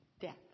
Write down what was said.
death